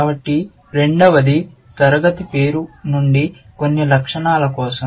కాబట్టి రెండవది తరగతి పేరు నుండి కొన్ని లక్షణాల కోసం